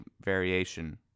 variation